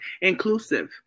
inclusive